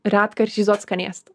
retkarčiais duot skanėstą